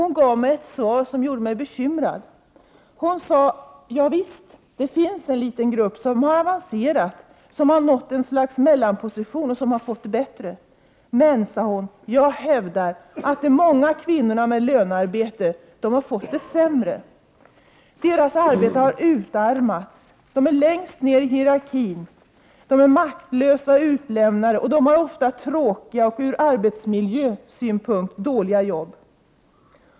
Hon gav mig ett svar som gjorde mig bekymrad. Hon sade: Ja, visst. Det finns en liten grupp som har avancerat, som nått ett slags mellanposition och som fått det bättre. Men, fortsatte hon, jag hävdar att de många kvinnorna med lönearbete har fått det sämre. Deras arbete har utarmats. De är längst ned i hierarkin, de är maktlösa och utlämnade, och de har ofta tråkiga och ur arbetsmiljösynpunkt dåliga jobb.